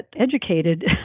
educated